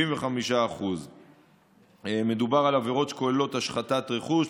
75%. מדובר על עבירות שכוללות השחתת רכוש,